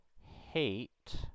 Hate